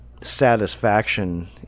satisfaction